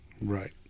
Right